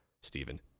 Stephen